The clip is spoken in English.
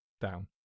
down